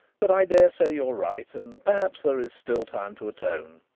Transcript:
but i dare say you are right and perhaps there is still time to atone.